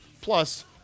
Plus